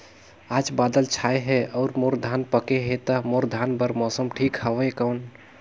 आज बादल छाय हे अउर मोर धान पके हे ता मोर धान बार मौसम ठीक हवय कौन?